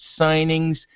signings